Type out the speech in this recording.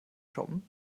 shoppen